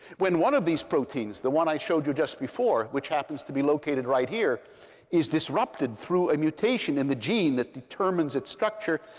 when one of these proteins the one i showed you just before, which happens to be located right here is disrupted through a mutation in the gene that determines its structure,